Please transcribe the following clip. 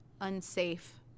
unsafe